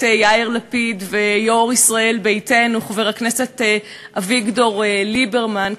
יאיר לפיד ויושב-ראש ישראל ביתנו חבר הכנסת אביגדור ליברמן,